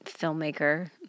filmmaker